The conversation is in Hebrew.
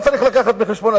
צריך גם להביא בחשבון,